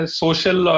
social